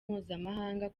mpuzamahanga